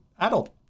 adult